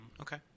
Okay